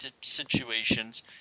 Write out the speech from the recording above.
situations